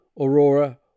Aurora